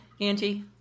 Auntie